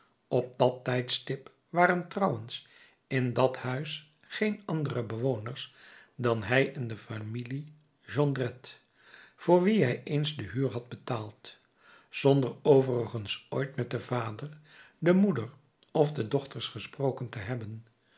op dat tijdstip waren trouwens in dat huis geen andere bewoners dan hij en de familie jondrette voor wie hij eens de huur had betaald zonder overigens ooit met den vader de moeder of de dochters gesproken te hebben